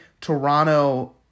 Toronto –